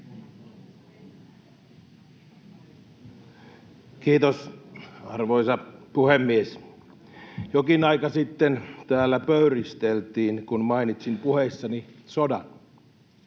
Kiitos, arvoisa puhemies! Jokin aika sitten täällä pöyristeltiin, kun mainitsin puheissani sodan.